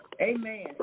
amen